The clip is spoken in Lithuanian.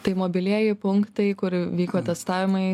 tai mobilieji punktai kur vyko testavimai